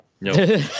No